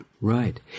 Right